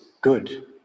good